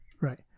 right